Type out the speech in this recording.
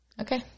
Okay